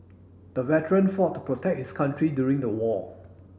the veteran fought to protect his country during the war